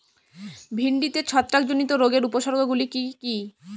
ভিন্ডিতে ছত্রাক জনিত রোগের উপসর্গ গুলি কি কী?